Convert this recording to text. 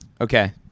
Okay